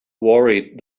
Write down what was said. worried